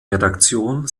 redaktion